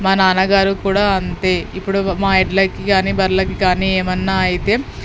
మా నాన్నగారు కూడా అంతే ఇప్పుడు మా ఎడ్లకి కానీ బర్రెలకి కానీ ఏమైనా అయితే